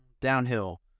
downhill